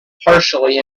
partially